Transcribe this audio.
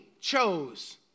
chose